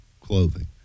clothing